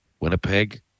Winnipeg